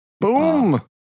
Boom